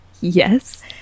Yes